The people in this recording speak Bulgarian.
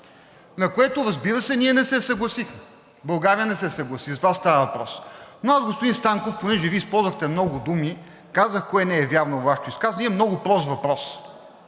на което, разбира се, ние не се съгласихме – България не се съгласи, за това става въпрос. Но аз, господин Станков, понеже Вие използвахте много думи, казах кое не е вярно във Вашето изказване, имам много прост въпрос.